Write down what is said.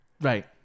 Right